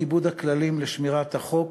תוך כיבוד הכללים לשמירת החוק